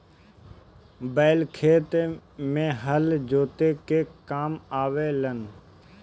बैल खेत में हल जोते के काम आवे लनअ